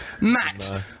Matt